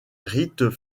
rites